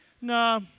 No